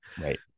Right